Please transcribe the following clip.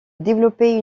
développé